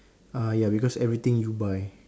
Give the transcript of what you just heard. uh ya because everything you buy